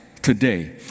Today